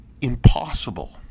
impossible